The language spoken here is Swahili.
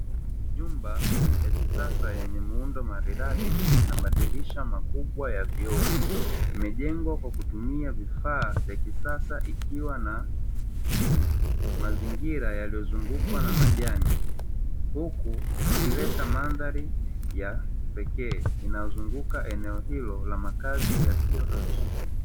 Nyumba ya kisasa yenye muundo maridadi na madirisha makubwa ya vioo, imejengwa kwa kutumia vifaa vya kisasa ikiwa na mazingira yaliyozungukwa na majani, huku ikileta mandhari ya kipekee inayozunguka eneo hilo la makazi yasiyohamishika.